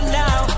now